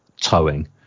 towing